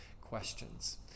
questions